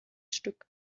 stück